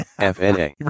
FNA